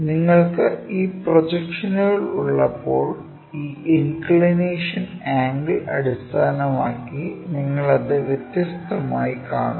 നിങ്ങൾക്ക് ഈ പ്രൊജക്ഷനുകൾ ഉള്ളപ്പോൾ ഈ ഇൻക്ക്ളിനേഷൻ ആംഗിൾ അടിസ്ഥാനമാക്കി നിങ്ങൾ അത് വ്യത്യസ്തമായി കാണുന്നു